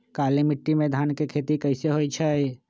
काली माटी में धान के खेती कईसे होइ छइ?